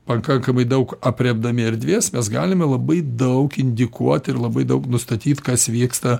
pakankamai daug aprėpdami erdvės mes galime labai daug indikuoti ir labai daug nustatyt kas vyksta